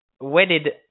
wedded